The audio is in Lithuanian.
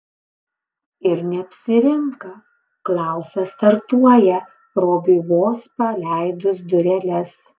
ir neapsirinka klausas startuoja robiui vos paleidus dureles